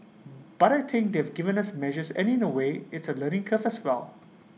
but I think they've given us measures and in A way it's A learning curve as well